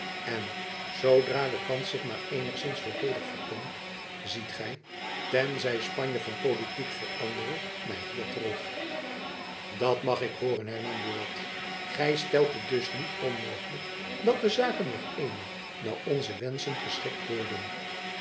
en zoodra de kans zich maar eenigzins voordeelig vertoont ziet gy ten zij spanje van politiek verandere my hier terug jacob van lennep elizabeth musch dat mag ik hooren hernam buat gy stelt het dus niet onmogelijk dat de zaken nog eenmaal naar onze wenschen geschikt worden